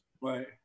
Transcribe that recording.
Right